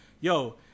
yo